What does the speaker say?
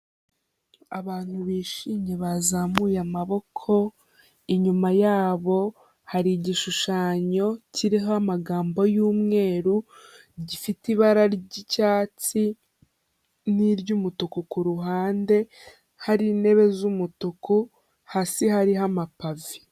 Abantu bishimye bazamuye amaboko, inyuma yabo hari igishushanyo kiriho amagambo y'umweru, gifite ibara ry'icyatsi n'iry'umutuku ku ruhande, hari intebe z'umutuku, hasi hariho amapave.